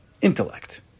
intellect